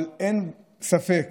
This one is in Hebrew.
אבל אין ספק